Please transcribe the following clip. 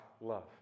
love